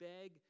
beg